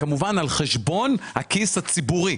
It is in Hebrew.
כמובן על חשבון הכיס הציבורי.